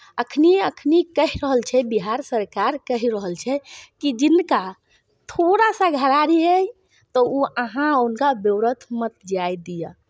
एखनि एखनि कहि रहल छै बिहार सरकार कहि रहल छै कि जिनका थोड़ा सा घरारी अइ तऽ ओ अहाँ हुनका व्यर्थ मत जाय दिअ